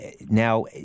Now